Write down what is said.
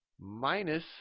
minus